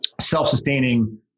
self-sustaining